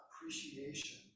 appreciation